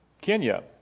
Kenya